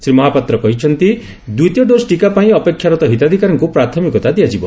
ଶ୍ରୀ ମହାପାତ୍ର କହିଛନ୍ତି ଦିତୀୟ ଡୋଜ୍ ଟିକା ପାଇଁ ଅପେକ୍ଷାରତ ହିତାଧ୍ଧକାରୀଙ୍କୁ ପ୍ରାଥମିକତା ଦିଆଯିବ